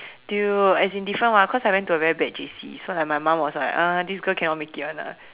dude as in different [what] because I went to like a very bad J_C my mum was like uh this girl cannot make it [one] lah